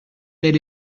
tel